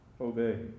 obey